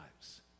lives